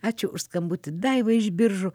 ačiū už skambutį daivai iš biržų